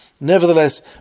Nevertheless